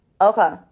Okay